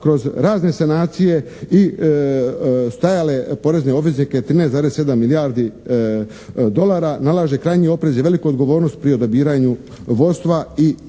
kroz razne sanacije i stajale porezne obveznike 13,7 milijardi dolara nalaže krajnji oprez i veliku odgovornost pri odabiranju vodstva i odgovornost